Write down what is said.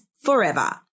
forever